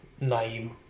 name